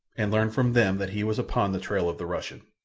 and learned from them that he was upon the trail of the russian.